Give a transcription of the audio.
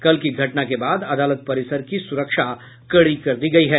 कल की घटना के बाद अदालत परिसर की सुरक्षा कड़ी कर दी गयी है